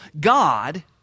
God